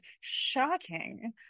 shocking